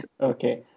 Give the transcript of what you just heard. Okay